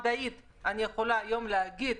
מדעית אני יכולה היום להגיד,